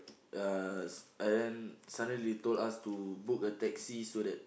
yes and then suddenly told us to book a taxi so that